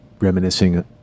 reminiscing